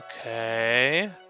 Okay